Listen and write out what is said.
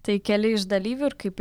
tai keli iš dalyvių ir kaip